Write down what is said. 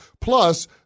Plus